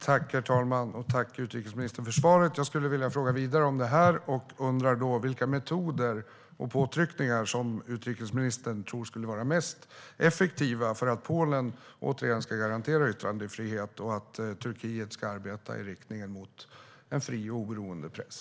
Herr talman! Jag tackar utrikesministern för svaret. Jag skulle vilja fråga vidare om detta och undrar då vilka metoder och påtryckningar utrikesministern tror skulle vara mest effektiva för att Polen återigen ska garantera yttrandefrihet och för att Turkiet ska arbeta i riktning mot en fri och oberoende press.